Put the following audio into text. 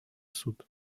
суд